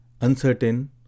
Uncertain